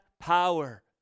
power